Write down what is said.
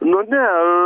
nu ne